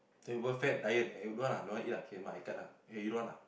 tell people fat diet don't want ah don't want eat ah okay nevermind i cut ah eh you don't want ah